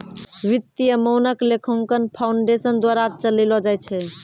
वित्तीय मानक लेखांकन फाउंडेशन द्वारा चलैलो जाय छै